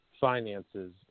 finances